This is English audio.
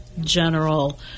general